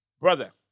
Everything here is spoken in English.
brother